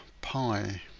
Pi